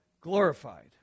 glorified